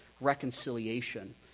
reconciliation